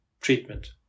treatment